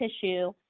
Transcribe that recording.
tissue